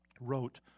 wrote